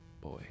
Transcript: boy